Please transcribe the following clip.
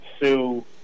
sue